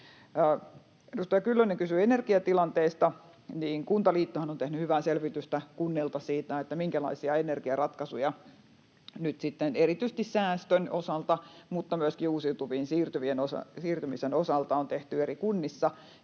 Edustaja Kyllönen kysyi energiatilanteesta, ja Kuntaliittohan on tehnyt hyvää selvitystä kunnilta siitä, minkälaisia energiaratkaisuja nyt erityisesti säästön osalta mutta myöskin uusiutuviin siirtymisen osalta on tehty eri kunnissa,